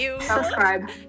Subscribe